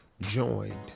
joined